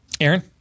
Aaron